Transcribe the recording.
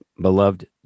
beloved